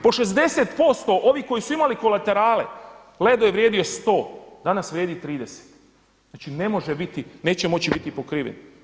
Po 60% ovih koji su imali kolaterale Ledu je vrijedio 100, danas vrijedi 30, znači neće moći biti pokriveni.